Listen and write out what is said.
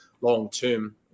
long-term